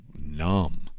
numb